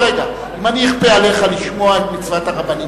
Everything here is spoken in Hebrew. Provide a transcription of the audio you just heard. אם אני אכפה עליך לשמוע את מצוות הרבנים